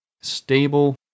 stable